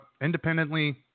independently